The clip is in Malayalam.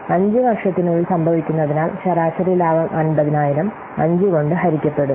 5 വർഷത്തിനുള്ളിൽ സംഭവിക്കുന്നതിനാൽ ശരാശരി ലാഭം 50000 5 കൊണ്ട് ഹരിക്കപ്പെടും